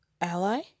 Ally